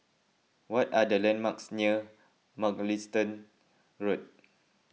what are the landmarks near Mugliston Road